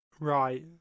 Right